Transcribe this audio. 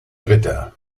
dritter